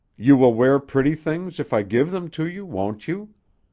you will wear pretty things, if i give them to you, won't you?